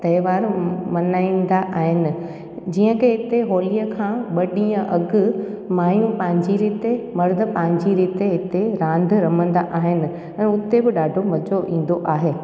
त्योहारु मल्हाईंदा आहिनि जीअं की हिते होलीअ खां ॿ ॾींहं अॻु मायूं पंहिंजी रीति मर्द पंहिंजी रीति हिते रांदि रमंदा आहिनि ऐं हुते बि ॾाढो मज़ो ईंदो आहे